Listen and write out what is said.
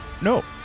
no